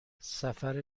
سفر